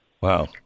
Wow